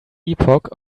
epoch